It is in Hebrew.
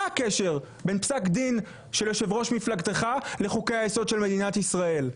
מה הקשר בין פסק דין של יושב ראש מפלגתך לחוקי היסוד של מדינת ישראל?